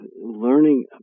learning